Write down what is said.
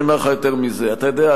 אני אומר לך יותר מזה: אתה יודע,